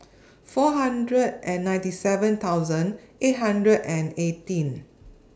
four hundred and ninety seven thousand eight hundred and eighteen